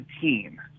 team